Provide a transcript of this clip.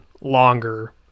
longer